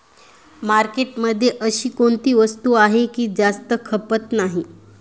मार्केटमध्ये अशी कोणती वस्तू आहे की जास्त खपत नाही?